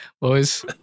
boys